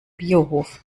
biohof